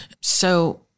So-